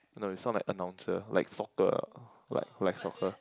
no you sound like announcer like soccer ah like like soccer